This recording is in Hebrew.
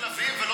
מה